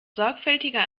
sorgfältiger